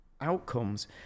outcomes